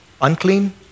unclean